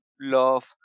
love